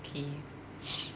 okay